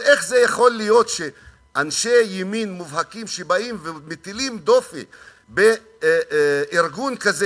אז איך זה יכול להיות שאנשי ימין מובהקים באים ומטילים דופי בארגון כזה,